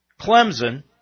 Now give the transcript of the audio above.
Clemson